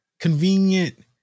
Convenient